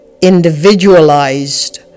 individualized